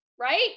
right